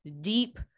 deep